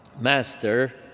Master